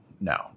no